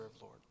Lord